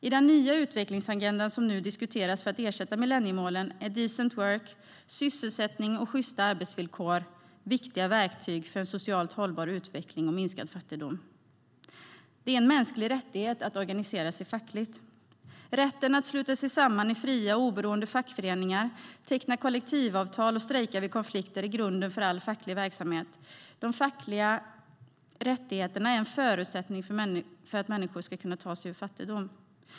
I den nya utvecklingsagendan som nu diskuteras för att ersätta millenniemålen är Decent Work, sysselsättning och sjysta arbetsvillkor viktiga verktyg för socialt hållbar utveckling och minskad fattigdom. Det är en mänsklig rättighet att organisera sig fackligt. Rätten att sluta sig samman i fria och oberoende fackföreningar, teckna kollektivavtal och strejka vid konflikter är grunden för all facklig verksamhet. De fackliga rättigheterna är en förutsättning för att människor ska kunna ta sig ur fattigdom.